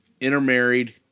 intermarried